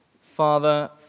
Father